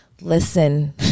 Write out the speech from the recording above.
listen